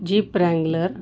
jeep wrangler